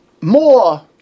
more